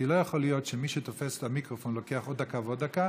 כי לא יכול להיות שמי שתופס את המיקרופון לוקח עוד דקה ועוד דקה